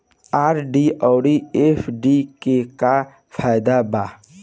RD आउर FD के का फायदा बा?